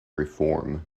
reform